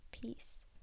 peace